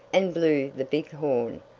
and blew the big horn,